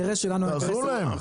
תעזרו להם.